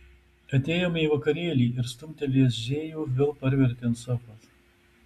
atėjome į vakarėlį ir stumtelėjęs džėjų vėl parvertė ant sofos